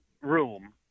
room